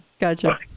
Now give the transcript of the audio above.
Gotcha